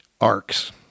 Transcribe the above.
Arcs